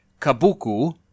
Kabuku